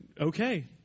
okay